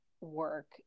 work